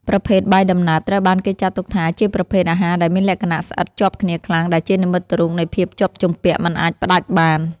ប្រភេទបាយដំណើបត្រូវបានគេចាត់ទុកថាជាប្រភេទអាហារដែលមានលក្ខណៈស្អិតជាប់គ្នាខ្លាំងដែលជានិមិត្តរូបនៃភាពជាប់ជំពាក់មិនអាចផ្ដាច់បាន។